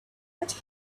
but